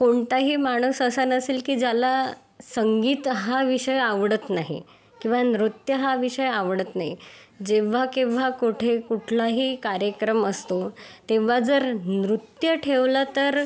कोणताही माणूस असा नसेल की ज्याला संगीत हा विषय आवडत नाही किंवा नृत्य हा विषय आवडत नाही जेव्हा केव्हा कोठे कुठलाही कार्यक्रम असतो तेव्हा जर नृत्य ठेवलं तर